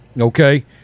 Okay